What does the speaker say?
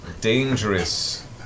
dangerous